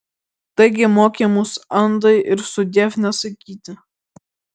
taigi mokė mus andai ir sudiev nesakyti